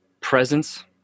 presence